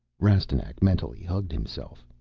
rastignac mentally hugged himself.